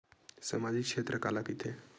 सामजिक क्षेत्र काला कइथे?